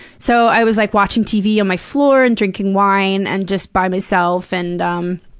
so i was, like, watching tv on my floor and drinking wine and just by myself, and um